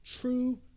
true